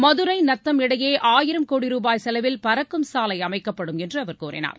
மதுரை நத்தம் இடையே ஆயிரம் கோடி ரூபாய் செலவில் பறக்கும் சாலை அமைக்கப்படும் என்று அவர் கூறினார்